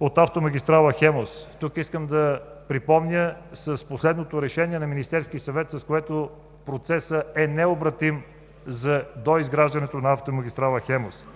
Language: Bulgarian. от автомагистрала „Хемус“. Тук искам да припомня последното решение на Министерския съвет, с което процесът за доизграждането на автомагистрала „Хемус“ е необратим.